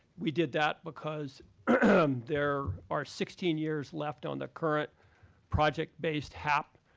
we did that, because there are sixteen years left on the current project-based hap.